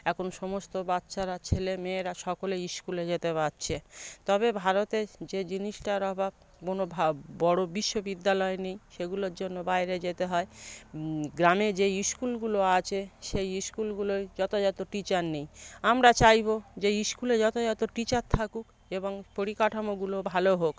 এখন সমস্ত বাচ্চারা ছেলে মেয়েরা সকলে স্কুলে যেতে পাচ্ছে তবে ভারতে যে জিনিসটার অভাব মনোভাব বড় বিশ্ববিদ্যালয় নেই সেগুলোর জন্য বাইরে যেতে হয় গ্রামে যেই স্কুলগুলো আছে সেই স্কুলগুলোয় যথাযথ টিচার নেই আমরা চাইব যে স্কুলে যথাযথ টিচার থাকুক এবং পরিকাঠামোগুলো ভালো হোক